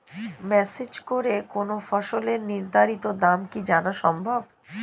Message করে কোন ফসলের নির্ধারিত দাম কি জানা সম্ভব?